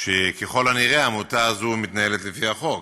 וככל הנראה העמותה הזאת מתנהלת לפי החוק,